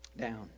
down